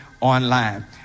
online